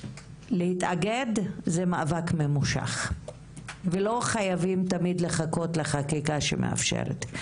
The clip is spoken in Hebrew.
להתאגד זה מאבק ממושך ולא חייבים תמיד לחכות לחקיקה שמאפשרת את זה,